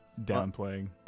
downplaying